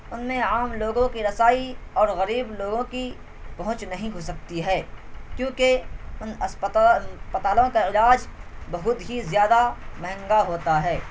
ان میں عام لوگوں کی رسائی اور غریب لوگوں کی پہنچ نہیں ہو سکتی ہے کیوںکہ ان اس اسپتالوں کا علاج بہت ہی زیادہ مہنگا ہوتا ہے